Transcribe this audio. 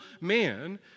man